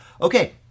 Okay